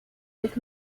with